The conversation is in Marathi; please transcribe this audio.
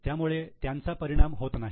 त्यामुळे त्यांचा परिणाम होत नाही